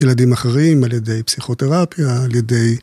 ילדים אחרים על ידי פסיכותרפיה, על ידי